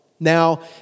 Now